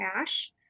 cash